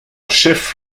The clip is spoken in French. chef